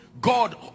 God